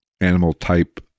animal-type